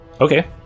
Okay